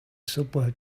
subway